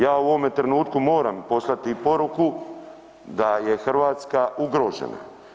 Ja u ovome trenutku moram poslati poruku da je Hrvatska ugrožena.